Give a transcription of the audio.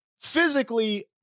physically